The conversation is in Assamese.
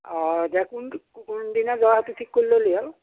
অঁ এতিয়া কোন কোনদিনা যোৱা সেটো ঠিক কৰি ল'লেই হ'ল